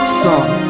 song